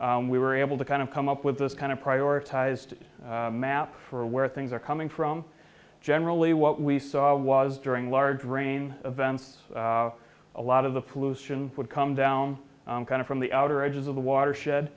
we were able to kind of come up with this kind of prioritized map for where things are coming from generally what we saw was during large rain events a lot of the pollution would come down from the outer edges of the watershed